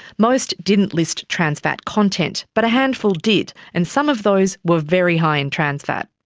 most didn't list trans fat content but a handful did, and some of those were very high in trans fat.